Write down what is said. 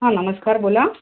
हा नमस्कार बोला